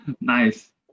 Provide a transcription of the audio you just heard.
Nice